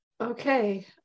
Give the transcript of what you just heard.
okay